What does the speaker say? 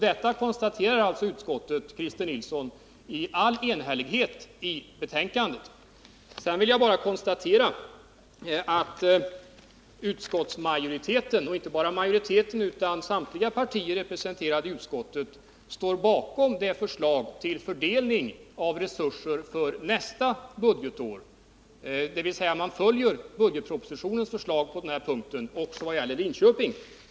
Detta, Christer Nilsson, konstaterar alltså ett enhälligt utskott i Sedan vill jag bara konstatera att samtliga partier representerade i utskottet står bakom förslaget till fördelning av resurser för nästa budgetår, dvs. man följer budgetpropositionens förslag på den här punkten också vad gäller Linköping.